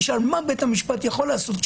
ישאל מה בית המשפט יכול לעשות,